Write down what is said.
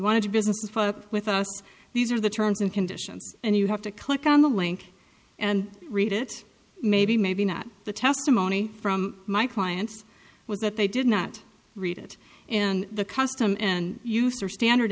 to business with us these are the terms and conditions and you have to click on the link and read it maybe maybe not the testimony from my clients was that they did not read it and the custom and use are standard